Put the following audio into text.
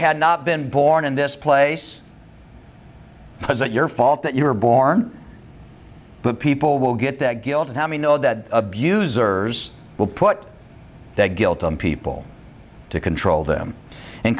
had not been born in this place wasn't your fault that you were born but people will get that guilt and i mean no that abusers will put that guilt on people to control them and